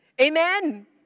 Amen